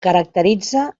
caracteritza